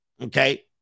Okay